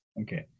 Okay